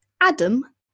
Adam